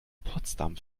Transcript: potsdam